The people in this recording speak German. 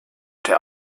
der